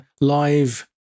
live